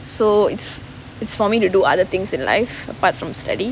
so it's it's for me to do other things in life apart from study